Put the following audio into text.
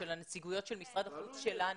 של הנציגויות של משרד החוץ שלנו,